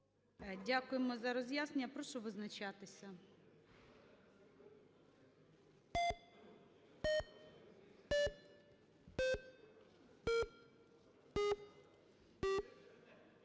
Дякую за роз'яснення. Прошу визначатися.